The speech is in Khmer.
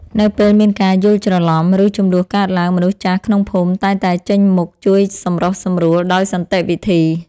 នៅពេលមានការយល់ច្រឡំ ឬជម្លោះកើតឡើង មនុស្សចាស់ក្នុងភូមិតែងតែចេញមុខជួយសម្រុះសម្រួលដោយសន្តិវិធី។